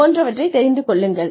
போன்றவற்றை தெரிந்து கொள்ளுங்கள்